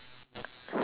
so nice